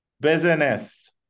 Business